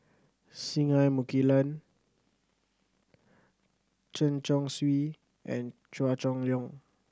Singai Mukilan Chen Chong Swee and Chua Chong Long